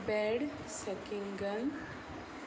bad सकिंगन